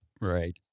Right